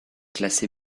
classée